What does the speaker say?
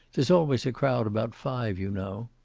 there's always a crowd about five, you know.